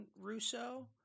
Russo